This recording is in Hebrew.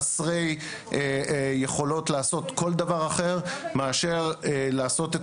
חסרי יכולות כל דבר אחר מאשר לעשות את